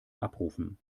abrufen